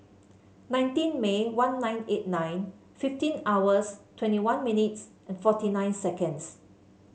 nineteen May one nine eight nine fifteen hours twenty one minutes and forty nine seconds